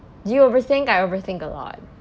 do you overthink I overthink a lot